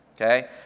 Okay